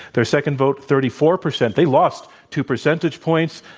their second vote, thirty four percent. they lost two percentage points.